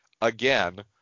again